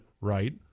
right